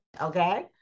Okay